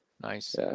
Nice